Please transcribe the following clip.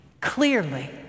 Clearly